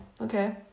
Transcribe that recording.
Okay